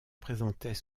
présentait